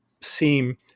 seem